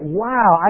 wow